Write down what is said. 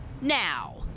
now